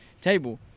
table